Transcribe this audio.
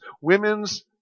women's